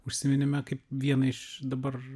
užsiminėme kaip vieną iš dabar